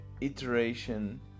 iteration